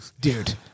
dude